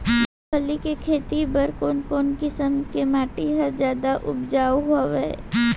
मूंगफली के खेती बर कोन कोन किसम के माटी ह जादा उपजाऊ हवये?